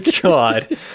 God